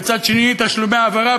בצד שני תשלומי העברה,